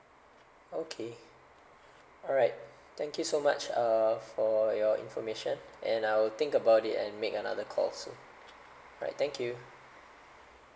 okay alright thank you so much uh for your information and I'll think about it and make another call soon alright thank you